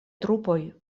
trupoj